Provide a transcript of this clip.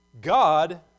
God